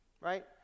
right